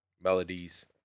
melodies